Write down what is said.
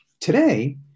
Today